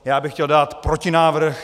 Já bych chtěl dát protinávrh.